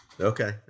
Okay